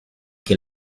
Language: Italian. che